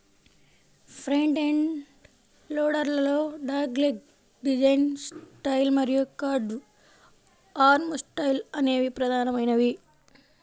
front end loader లలో dogleg design style మరియు curved arm style అనేవి ప్రధానమైనవి